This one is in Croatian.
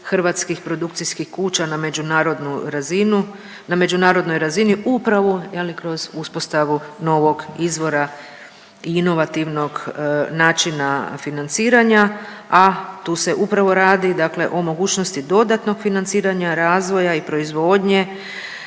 hrvatskih produkcijskih kuća na međunarodnu razini, na međunarodnoj razini upravo, je li, kroz uspostavu novog izvora inovativnog načina financiranja, a tu se upravo radi dakle o mogućnosti dodatnog financiranja razvoja i proizvodnje